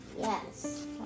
Yes